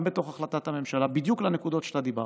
גם בהחלטת הממשלה בדיוק לנקודות שדיברת.